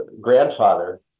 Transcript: grandfather